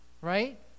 right